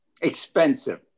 expensive